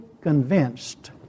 convinced